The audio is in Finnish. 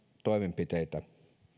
toimenpiteitä